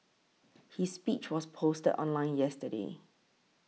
his speech was posted online yesterday